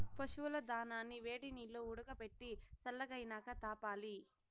పశువుల దానాని వేడినీల్లో ఉడకబెట్టి సల్లగైనాక తాపాలి